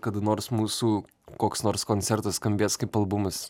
kada nors mūsų koks nors koncertas skambės kaip albumas